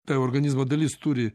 ta organizmo dalis turi